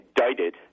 indicted